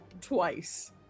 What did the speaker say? twice